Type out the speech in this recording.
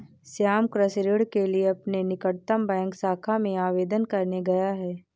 श्याम कृषि ऋण के लिए अपने निकटतम बैंक शाखा में आवेदन करने गया है